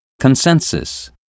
consensus